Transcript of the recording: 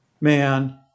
man